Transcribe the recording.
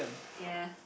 ya